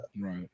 right